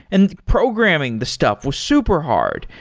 and programming the stuff was super hard.